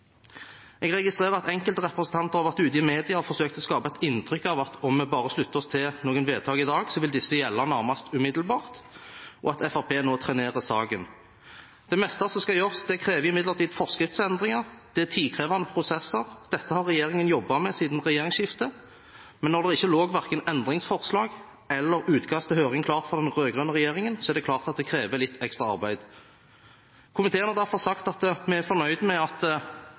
Jeg registrerer at enkelte representanter har vært ute i media og forsøkt å skape et inntrykk av at om man bare slutter seg til noen vedtak i dag, vil disse gjelde nærmest umiddelbart, og at Fremskrittspartiet nå trenerer saken. Det meste som skal gjøres, krever imidlertid forskriftsendringer, og det er tidkrevende prosesser. Dette har regjeringen jobbet med siden regjeringsskiftet, men når det ikke lå verken endringsforslag eller utkast til høring klart fra den rød-grønne regjeringen, er det klart at det krever litt ekstra arbeid. Komiteen har derfor sagt at vi er fornøyd med at